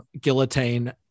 guillotine